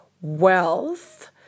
wealth